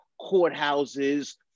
courthouses